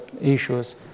issues